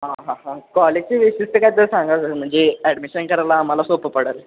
हां हां हां कॉलेजची वैशिष्ट काय तर सांगाल म्हणजे ॲडमिशन करायला आम्हाला सोपं पडंल